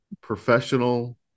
professional